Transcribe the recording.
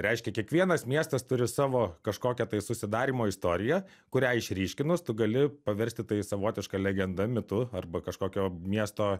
reiškia kiekvienas miestas turi savo kažkokią tai susidarymo istoriją kurią išryškinus tu gali paversti tai savotiška legenda mitu arba kažkokio miesto